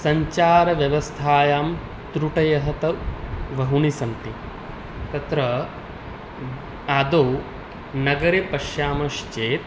सञ्चारव्यवस्थायां त्रुटयः तु बहूनि सन्ति तत्र आदौ नगरे पश्यामश्चेत्